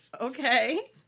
okay